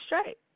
straight